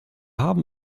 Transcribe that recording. haben